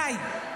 די.